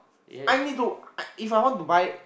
I need to If I want to buy